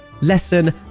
Lesson